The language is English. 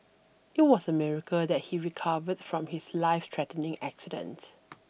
it was a miracle that he recovered from his lifethreatening accident